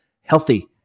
healthy